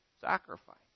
sacrifice